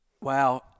wow